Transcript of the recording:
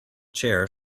chair